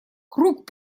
круг